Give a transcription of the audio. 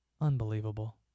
Unbelievable